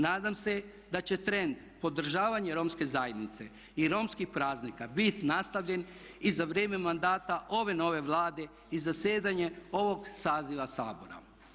Nadam se da će trend podržavanje romske zajednice i romskih praznika bit nastavljen i za vrijeme mandata ove nove Vlade i zasjedanje ovog saziva Sabora.